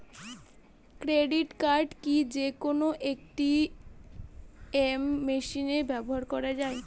Credit card কি যে কোনো এ.টি.এম মেশিনে ব্যবহার করা য়ায়?